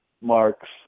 Marks